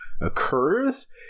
occurs